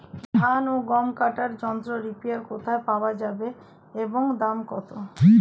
ধান ও গম কাটার যন্ত্র রিপার কোথায় পাওয়া যাবে এবং দাম কত?